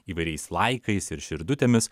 įvairiais laikais ir širdutėmis